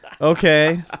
okay